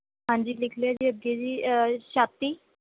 ਹਾਂਜੀ ਲਿਖ ਲਿਆ ਜੀ ਅੱਗੇ ਜੀ ਛਾਤੀ